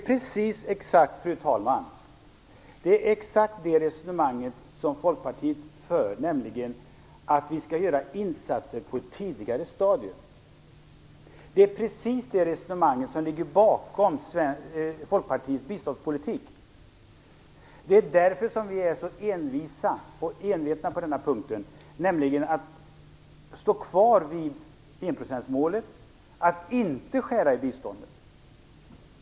Fru talman! Det är precis det resonemanget som Folkpartiet för. Vi skall göra insatser på ett tidigare stadium. Det är precis det resonemanget som ligger bakom Folkpartiets biståndspolitik. Det är därför som vi är så envisa och envetna på denna punkt. Vi vill stå kvar vid enprocentsmålet och inte skära i biståndet.